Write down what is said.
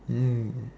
mm